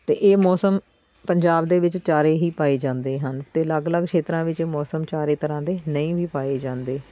ਅਤੇ ਇਹ ਮੌਸਮ ਪੰਜਾਬ ਦੇ ਵਿੱਚ ਚਾਰੇ ਹੀ ਪਾਏ ਜਾਂਦੇ ਹਨ ਅਤੇ ਅਲੱਗ ਅਲੱਗ ਖੇਤਰਾਂ ਵਿੱਚ ਮੌਸਮ ਚਾਰੇ ਤਰ੍ਹਾਂ ਦੇ ਨਹੀਂ ਵੀ ਪਾਏ ਜਾਂਦੇ